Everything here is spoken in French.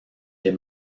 des